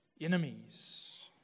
enemies